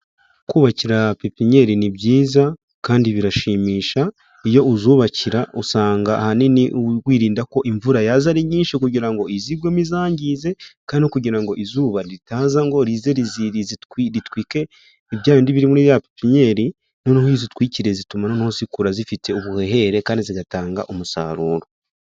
Kubakira pepinyeri ni byiza kandi birashimisha, iyo uzubakira usanga ahanini wirinda ko imvura yaza ari nyinshi kugira ngo izigwemo, izangize kandi no kugira ngo izuba ritaza ngo rize ritwike bya bindi biri muri ya pepinyeri, noneho iyo uzitwikiriye bituma zikura zifite ubuhehere kandi zigatanga umusaruro.